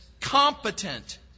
competent